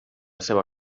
seva